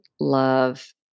love